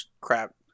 crap